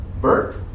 Bert